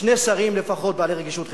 שני שרים לפחות בעלי רגישות חברתית,